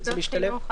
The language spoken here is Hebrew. משתלב במוסד חינוך?